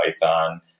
Python